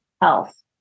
health